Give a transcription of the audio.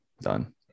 done